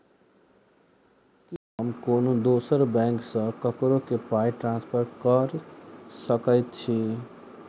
की हम कोनो दोसर बैंक सँ ककरो केँ पाई ट्रांसफर कर सकइत छि?